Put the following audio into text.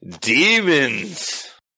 demons